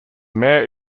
mayor